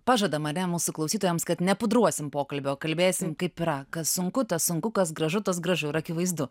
pažadam ane mūsų klausytojams kad nepudruosim pokalbio kalbėsim kaip yra kas sunku tas sunku kas gražu tas gražu ir akivaizdu